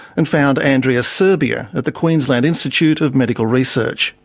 and found andreas suhrbier at the queensland institute of medical research.